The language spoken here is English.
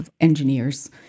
engineers